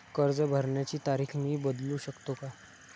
कर्ज भरण्याची तारीख मी बदलू शकतो का?